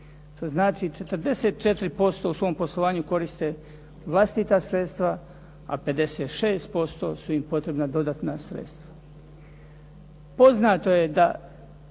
To znači 44% u svom poslovanju koriste vlastita sredstva, a 56% su im potrebna dodatna sredstva.